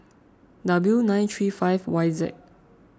W nine three five Y Z